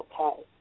okay